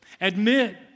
Admit